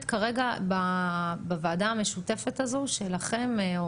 כרגע בוועדה המשותפת הזו שלכם,